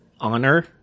honor